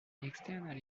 external